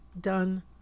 done